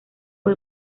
fue